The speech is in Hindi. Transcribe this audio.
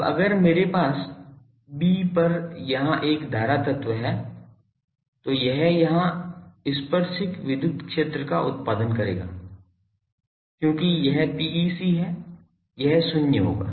अब अगर मेरे पास 'b पर यहां एक धारा तत्व है तो यह यहां स्पर्शिक विद्युत क्षेत्र का उत्पादन करेगा क्योंकि यह PEC है यह शून्य होगा